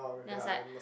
then I was like